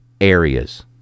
areas